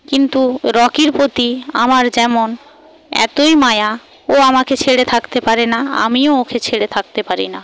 কিন্তু রকির প্রতি আমার যেমন এতই মায়া ও আমাকে ছেড়ে থাকতে পারে না আমিও ওকে ছেড়ে থাকতে পারি না